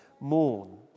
mourn